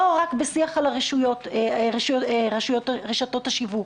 לא רק בשיח עם רשתות השיווק,